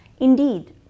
Indeed